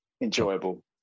Enjoyable